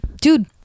dude